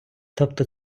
тобто